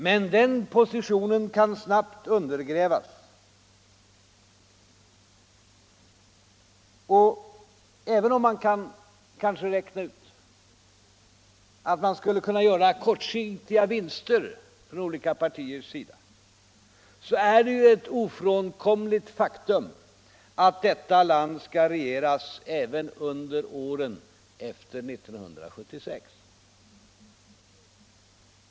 Men den positionen kan snabbt undergrävas, och även om man kanske inom olika partier kan räkna ut att man skulle kunna göra kortsiktiga vinster, är det ju ändå ett ofrånkomligt faktum att detta land skall regeras även under åren efter 1976.